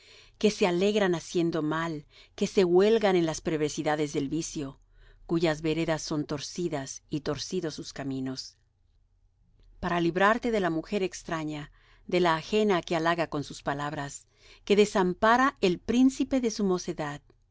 que se alegran haciendo mal que se huelgan en las perversidades del vicio cuyas veredas son torcidas y torcidos sus caminos para librarte de la mujer extraña de la ajena que halaga con sus palabras que desampara el príncipe de su mocedad